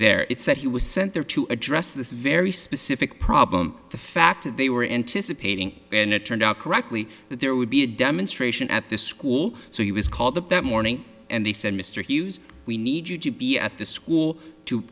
there it's that he was sent there to address this very specific problem the fact that they were anticipating and it turned out correctly that there would be a demonstration at the school so he was called up that morning and they said mr hughes we need you to be at the school to